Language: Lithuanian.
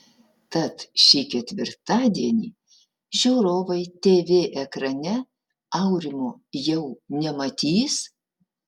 tad šį ketvirtadienį žiūrovai tv ekrane aurimo jau nematys